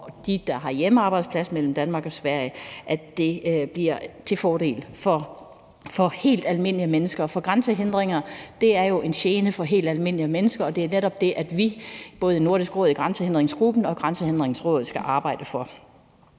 eller har hjemmearbejdsplads, og at det bliver til fordel for helt almindelige mennesker, for grænsehindringer er jo en gene for helt almindelige mennesker, og det er netop det, vi i både Nordisk Råd, grænsehindringsgruppen og Grænsehindringsrådet skal arbejde for